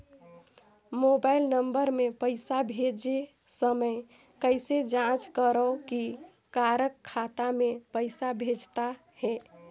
Mobile number मे पइसा भेजे समय कइसे जांच करव की काकर खाता मे पइसा भेजात हे?